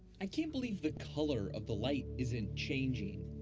i can't believe the colour of the light isn't changing.